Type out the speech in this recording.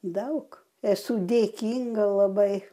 daug esu dėkinga labai